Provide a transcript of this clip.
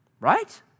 Right